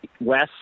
west